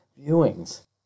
Viewings